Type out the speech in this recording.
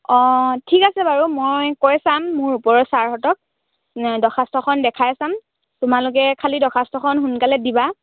অঁ ঠিক আছে বাৰু মই কৈ চাম মোৰ ওপৰৰ ছাৰহঁতক দৰখাস্তখন দেখাই চাম তোমালোকে খালী দৰখাস্তখন সোনকালে দিবা